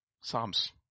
Psalms